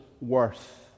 worth